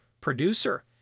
producer